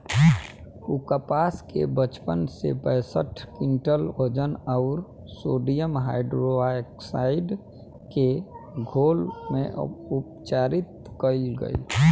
उ कपास के पचपन से पैसठ क्विंटल वजन अउर सोडियम हाइड्रोऑक्साइड के घोल में उपचारित कइल गइल